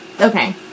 okay